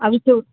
అవి చూ